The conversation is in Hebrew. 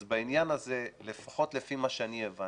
אז בעניין הזה, לפחות לפי מה שאני הבנתי,